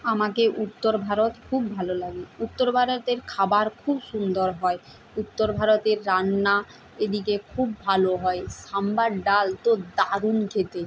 আমাকে উত্তর ভারত খুব ভালো লাগে উত্তর ভারতের খাবার খুব সুন্দর হয় উত্তর ভারতের রান্না এদিকে খুব ভালো হয় সাম্বার ডাল তো দারুণ খেতে